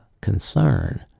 concern